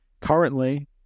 currently